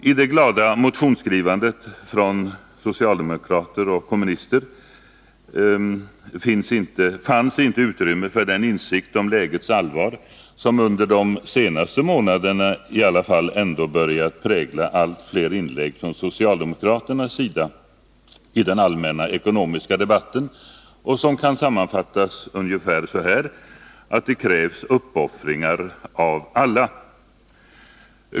I det glada motionsskrivandet från socialdemokraterna och kommunisterna fanns inte utrymme för den insikt om lägets allvar som i varje fall under de senaste månaderna börjat prägla allt fler inlägg från socialdemokraternas sida i den allmänna ekonomiska debatten och som kan sammanfattas ungefär på följande sätt: Det krävs uppoffringar av alla.